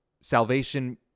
Salvation